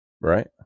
right